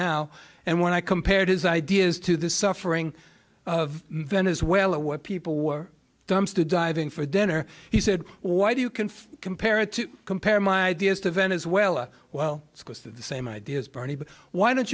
now and when i compared his ideas to the suffering of venezuela where people were dumpster diving for dinner he said why do you can compare it to compare my ideas to venezuela well it's because of the same ideas bernie but why don't